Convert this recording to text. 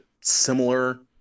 similar